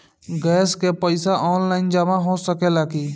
Gas के पइसा online जमा हो सकेला की?